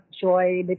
joy